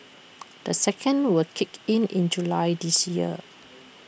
the second will kick in in July this year